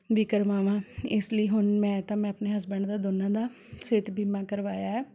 ਵੀ ਕਰਵਾਵਾਂ ਇਸ ਲਈ ਹੁਣ ਮੈਂ ਤਾਂ ਮੈਂ ਆਪਣੇ ਹਸਬੈਂਡ ਦਾ ਦੋਨਾਂ ਦਾ ਸਿਹਤ ਬੀਮਾ ਕਰਵਾਇਆ